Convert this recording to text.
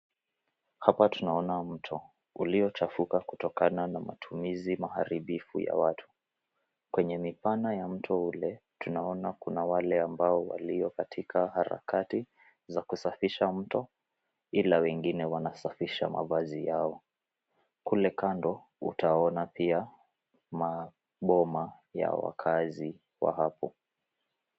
Hapa tunaona mto uliochafuka kutokana na matumizi maharibifu ya watu. Kwenye mipana ya mto ule, tunaona kuna wale ambao walio katika harakati za kusafisha mto, ila wengine wanasafisha mavazi yao. Kule kando utaona pia maboma ya wakazi wa hapo.